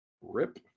rip